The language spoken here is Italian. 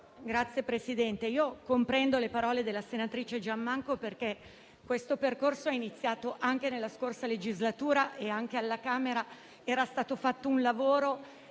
Signor Presidente, comprendo le parole della senatrice Giammanco, perché questo percorso è iniziato nella scorsa legislatura e perché alla Camera è stato fatto un lavoro